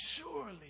surely